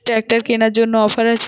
Tractor কেনার জন্য offer আছে?